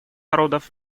народов